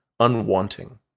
unwanting